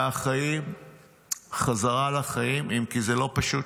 והחיים חזרה לחיים, אם כי זה לא פשוט.